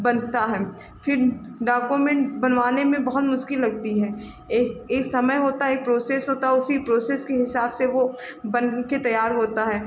बनता है फिर डॉक्यूमेन्ट बनवाने में बहुत मुश्किल लगती है एक एक समय होता है एक प्रोसेस होता है उसी प्रोसेस के हिसाब से वह बनकर तैयार होता है